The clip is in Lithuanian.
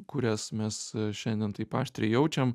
kurias mes šiandien taip aštriai jaučiam